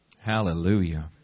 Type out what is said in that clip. hallelujah